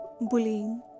bullying